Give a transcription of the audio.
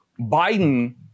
Biden